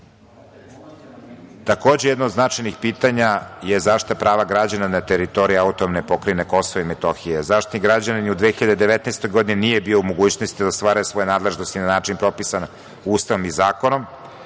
jedno od značajnih pitanja je zaštita prava građana na teritoriji AP Kosova i Metohije. Zaštitnik građana u 2019. godini nije bio u mogućnosti da ostvaruje svoje nadležnosti na način propisan Ustavom i zakonom.